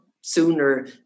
sooner